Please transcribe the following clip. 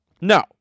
No